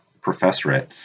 professorate